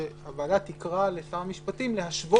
שהוועדה תקרא לשר המשפטים להשוות.